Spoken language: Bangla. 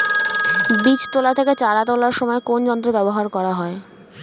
বীজ তোলা থেকে চারা তোলার সময় কোন যন্ত্র ব্যবহার করা হয়?